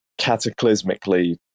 cataclysmically